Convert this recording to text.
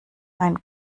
ein